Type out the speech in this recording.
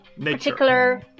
particular